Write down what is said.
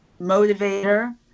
motivator